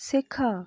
শেখা